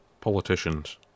politicians